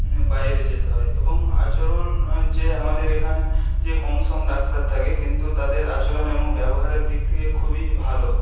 বাইরে যেতে হয় এবং আচরণ যে আমাদের এখানে যে কম সম ডাক্তার থাকে কিন্তু তাদের আচরণ এমন ব্যবহারের দিক থেকে খুবই ভালো